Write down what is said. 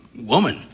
woman